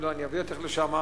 ואם לא אביא אותך לשם,